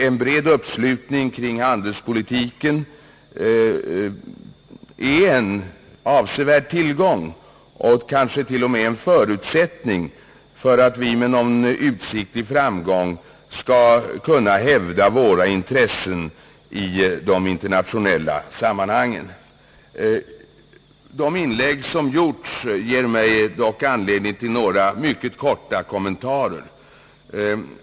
En bred uppslutning kring handelspolitiken är en betydande tillgång och kanske till och med en förutsättning för att vi med någon utsikt till framgång skall kunna hävda våra intressen i de internationella sammanhangen. De inlägg som gjorts ger mig dock anledning till några mycket korta kommentarer.